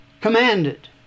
commanded